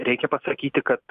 reikia pasakyti kad